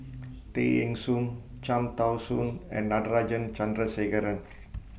Tay Eng Soon Cham Tao Soon and Natarajan Chandrasekaran